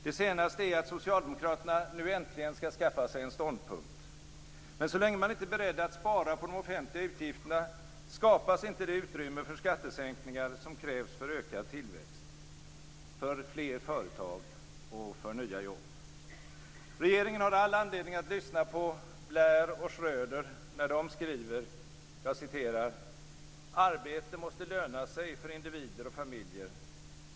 Det senaste är att socialdemokraterna nu äntligen skall skaffa sig en ståndpunkt. Men så länge man inte är beredd att spara på de offentliga utgifterna skapas inte det utrymme för skattesänkningar som krävs för ökad tillväxt, fler företag och nya jobb. Regeringen har all anledning att lyssna på Blair och Schröder när de skriver: "Arbete måste löna sig för individer och familjer.